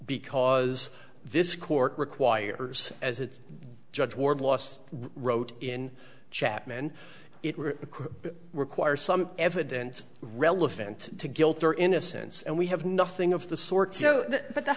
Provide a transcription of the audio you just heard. because this court requires as its judge ward last wrote in chapman it requires some evidence relevant to guilt or innocence and we have nothing of the sort but the